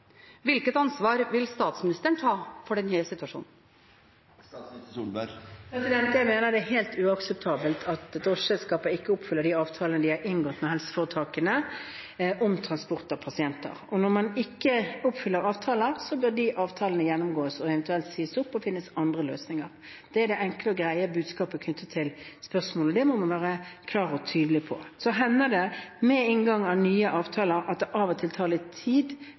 Hvilket ansvar vil statsministeren ta for denne situasjonen? Jeg mener det er helt uakseptabelt at drosjeselskaper ikke oppfyller de avtalene de har inngått med helseforetakene om transport av pasienter. Når man ikke oppfyller avtaler, bør avtalene gjennomgås og eventuelt sies opp, og så får man finne andre løsninger. Det er det enkle og greie budskapet knyttet til spørsmålet. Det må man være klar og tydelig på. Så hender det ved inngåelse av nye avtaler at det av og til tar litt tid